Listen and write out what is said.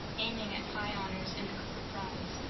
aiming at high honors and the cooper prize,